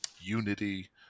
unity